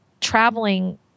traveling